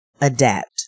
adapt